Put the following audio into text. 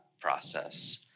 process